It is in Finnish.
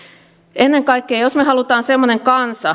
ennen kaikkea jos me haluamme semmoisen kansan